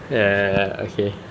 err okay